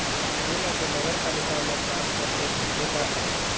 तोला तो नगरपालिका म काम करथे कहिथे का?